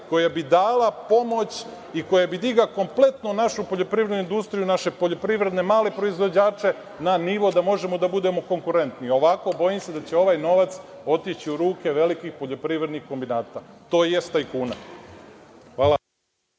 koja bi dala pomoć i koja bi digla kompletnu našu poljoprivrednu industriju, poljoprivredne male proizvođače na nivo da možemo da budemo konkurentni. Ovako, bojim se da će ovaj novac otići u ruke velikih poljoprivrednih kombinata tj. tajkuna. Hvala